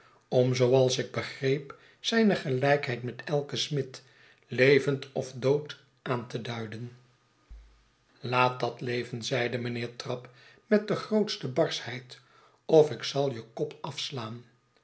begreep zijne gelijkheid met elken smid levend of dood aan te duiden laat dat leven zeide mijnheer trabb met de grootste barschheid of ik zal je kop afslaan